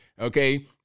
okay